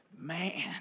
Man